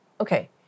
okay